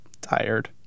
Tired